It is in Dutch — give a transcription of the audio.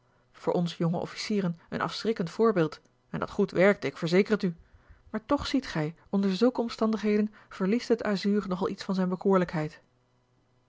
voor ons jonge officieren een afschrikkend voorbeeld en dat goed werkte ik verzeker het u maar toch ziet gij onder zulke omstandigheden verliest het azuur nogal iets van zijn